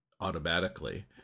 automatically